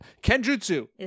Kenjutsu